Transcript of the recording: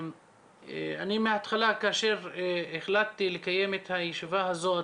אני מהתחלה כאשר החלטתי לקיים את הישיבה הזאת